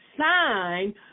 sign